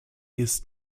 ist